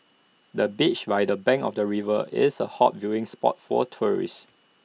the bench by the bank of the river is A hot viewing spot for tourists